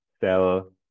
sell